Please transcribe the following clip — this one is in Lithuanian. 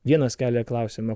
vienas kelia klausimą